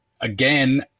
again